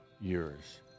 years